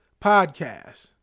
podcast